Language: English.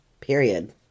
Period